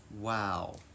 Wow